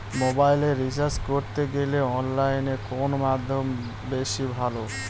মোবাইলের রিচার্জ করতে গেলে অনলাইনে কোন মাধ্যম বেশি ভালো?